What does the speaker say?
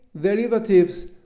derivatives